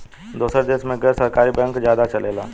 दोसर देश मे गैर सरकारी बैंक ज्यादे चलेला